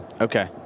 Okay